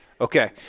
Okay